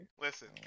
Listen